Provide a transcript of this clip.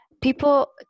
people